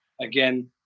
Again